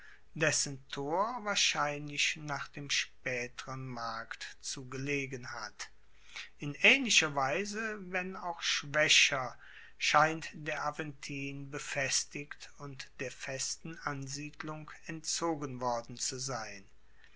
dessen tor wahrscheinlich nach dem spaeteren markt zu gelegen hat in aehnlicher weise wenn auch schwaecher scheint der aventin befestigt und der festen ansiedelung entzogen worden zu sein